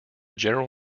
general